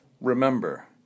Remember